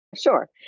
sure